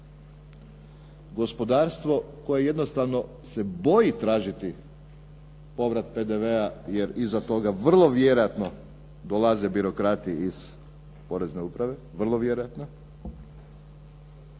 Gospodarstvo koje jednostavno se boji tražiti povrat PDV-a, jer iza toga vrlo vjerojatno dolaze birokrati iz porezne uprave, vrlo vjerojatno.